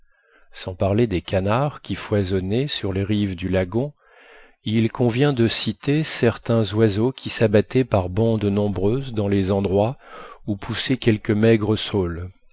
sans parler des canards qui foisonnaient sur les rives du lagon il convient de citer certains oiseaux qui s'abattaient par bandes nombreuses dans les endroits où poussaient quelques maigres saules